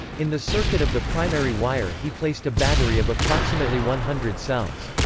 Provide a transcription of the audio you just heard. in the circuit of the primary wire he placed a battery of approximately one hundred cells.